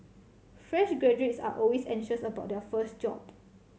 fresh graduates are always anxious about their first job